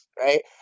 right